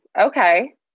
okay